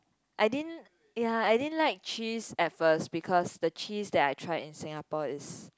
I didn't ya I didn't like cheese at first because the cheese that I tried in Singapore is